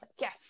yes